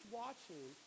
watching